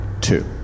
two